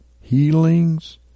healings